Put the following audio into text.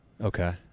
Okay